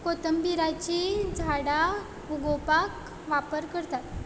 कोथंबीराचीं झाडां उगोवपाक वापर करतात